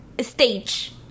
Stage